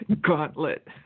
Gauntlet